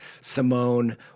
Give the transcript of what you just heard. Simone